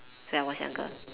when I was younger